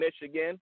Michigan